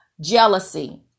jealousy